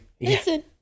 listen